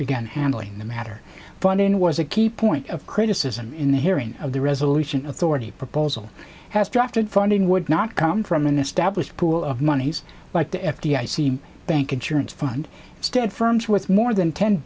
begun handling the matter funding was a key point of criticism in the hearing of the resolution authority proposal has drafted funding would not come from an established pool of monies like the f b i seem bank insurance fund instead firms with more than ten